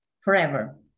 forever